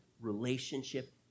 relationship